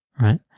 right